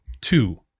Two